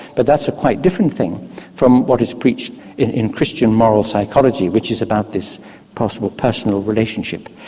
but that's a quite different thing from what is preached in christian moral psychology which is about this possible personal relationship.